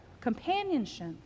companionship